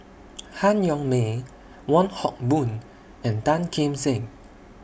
Han Yong May Wong Hock Boon and Tan Kim Seng